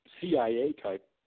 CIA-type